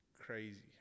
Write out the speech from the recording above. crazy